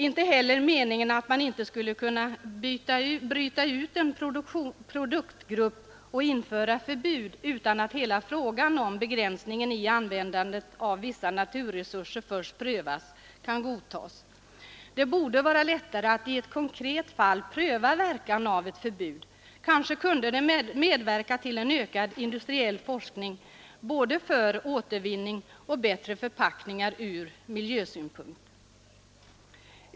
Inte heller meningen, att man inte skulle kunna bryta ut en produktgrupp och införa förbud utan att hela frågan om begränsningen i användandet av vissa naturresurser först prövats, kan godtas. Det borde vara lättare att i ett konkret fall pröva verkan av ett förbud; kanske kunde det medverka till en ökad industriell forskning både för återvinning och bättre förpackningar ur miljösynpunkt.